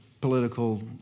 political